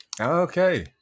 Okay